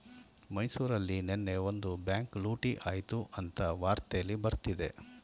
ಮೈಸೂರಲ್ಲಿ ನೆನ್ನೆ ಒಂದು ಬ್ಯಾಂಕ್ ಲೂಟಿ ಆಯ್ತು ಅಂತ ವಾರ್ತೆಲ್ಲಿ ಬರ್ತಿದೆ